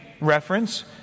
reference